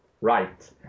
Right